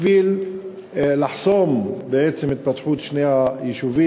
בשביל לחסום בעצם את התפתחות שני היישובים,